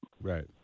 Right